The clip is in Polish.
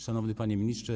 Szanowny Panie Ministrze!